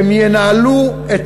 הם ינהלו את